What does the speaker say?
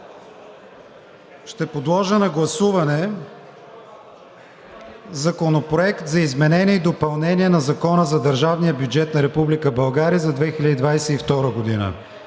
Подлагам на гласуване Законопроект за изменение и допълнение на Закона за държавния бюджет на Република България за 2022 г.,